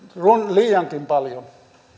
liiankin paljon